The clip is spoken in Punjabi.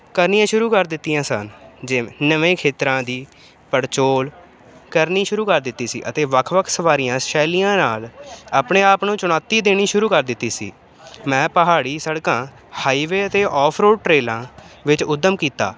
ਕਰਨੀਆਂ ਸ਼ੁਰੂ ਕਰ ਦਿੱਤੀਆਂ ਸਨ ਜਿਵੇਂ ਨਵੇਂ ਖੇਤਰਾਂ ਦੀ ਪੜਚੋਲ ਕਰਨੀ ਸ਼ੁਰੂ ਕਰ ਦਿੱਤੀ ਸੀ ਅਤੇ ਵੱਖ ਵੱਖ ਸਵਾਰੀਆਂ ਸ਼ੈਲੀਆਂ ਨਾਲ ਆਪਣੇ ਆਪ ਨੂੰ ਚੁਣੌਤੀ ਦੇਣੀ ਸ਼ੁਰੂ ਕਰ ਦਿੱਤੀ ਸੀ ਮੈਂ ਪਹਾੜੀ ਸੜਕਾਂ ਹਾਈਵੇ ਅਤੇ ਓਫਰੋ ਟਰੇਲਾਂ ਵਿੱਚ ਉੱਦਮ ਕੀਤਾ